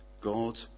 God